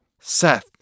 Seth